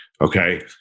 okay